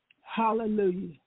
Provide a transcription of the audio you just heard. Hallelujah